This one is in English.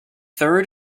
third